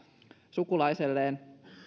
sukulaiselleen